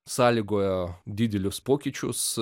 sąlygojo didelius pokyčius